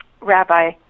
Rabbi